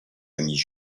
famille